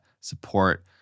support